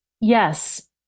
Yes